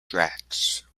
drax